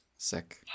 sick